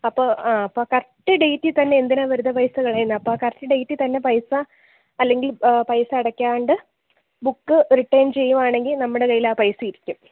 അപ്പോൾ ആ അപ്പോൾ കറെക്റ്റ് ഡേയ്റ്റിൽ തന്നെ എന്തിനാണ് വെറുതെ പൈസ കളയണം അപ്പം ആ കറെക്റ്റ് ഡേയ്റ്റിൽ തന്നെ പൈസ അല്ലെങ്കിൽ പൈസ അടക്കാണ്ട് ബുക്ക് റിട്ടേൺ ചെയ്യുകയാണെങ്കിൽ നമ്മുടെ കൈയിൽ ആ പൈസ ഇരിക്കും